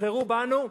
תבחרו בנו,